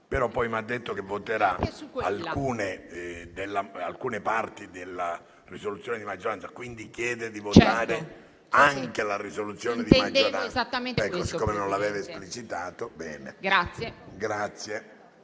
però poi mi ha detto che voterà alcune parti della proposta di risoluzione di maggioranza. Quindi chiede di votare anche la risoluzione di maggioranza?